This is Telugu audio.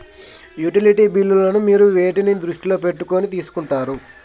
యుటిలిటీ బిల్లులను మీరు వేటిని దృష్టిలో పెట్టుకొని తీసుకుంటారు?